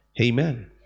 Amen